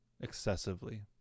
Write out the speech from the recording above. excessively